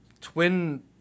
twin